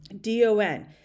DON